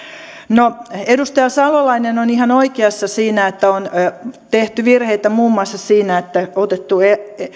no edustaja salolainen on ihan oikeassa siinä että on tehty virheitä muun muassa siinä että on otettu